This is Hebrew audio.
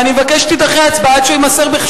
ואני מבקש שתידחה ההצבעה עד שהוא יימסר בכתב.